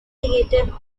creative